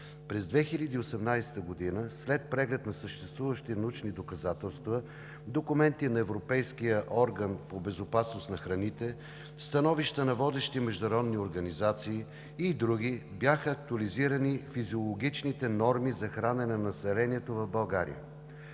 През 2018 г. след преглед на съществуващите научни доказателства, документи на Европейския орган по безопасност на храните, становища на водещи международни организации и други бяха актуализирани физиологичните норми за хранене на населението в България.